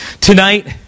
Tonight